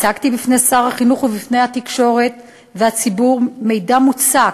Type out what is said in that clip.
הצגתי בפני שר החינוך ובפני התקשורת והציבור מידע מוצק,